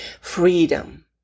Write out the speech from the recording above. freedom